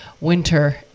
Winter